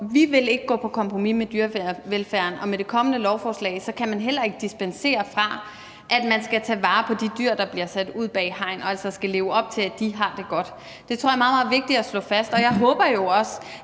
at vi ikke vil gå på kompromis med dyrevelfærden, og med det kommende lovforslag kan man heller ikke dispensere fra, at man skal tage vare på de dyr, der bliver sat ud bag hegn, og altså skal leve op til, at de har det godt. Det tror jeg er meget, meget vigtigt at slå fast. Og jeg håber jo også,